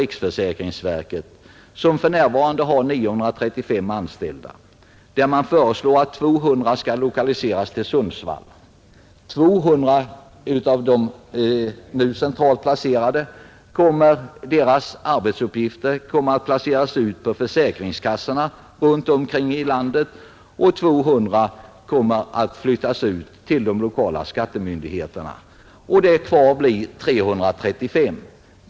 Riksförsäkringsverket har för närvarande 935 anställda, och man föreslår att 200 av dem skall lokaliseras till Sundsvall, arbetsuppgifterna för ytterligare 200 centralt placerade skall placeras ut på försäkringskassorna runt om i landet, och 200 kommer att flyttas ut till de lokala skattemyndigheterna, Då blir det bara 335 kvar.